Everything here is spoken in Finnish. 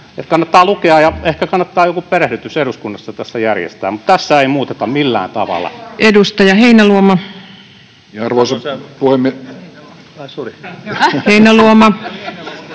kannattaa lukea, ja ehkä kannattaa joku perehdytys eduskunnassa tästä järjestää, mutta tässä ei muuteta millään tavalla. [Speech 121] Speaker: Paula Risikko